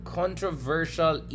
controversial